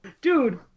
dude